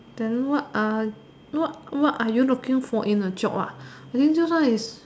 then what are what what are you looking for in a job I think this one is